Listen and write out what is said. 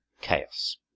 chaos